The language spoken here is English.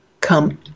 come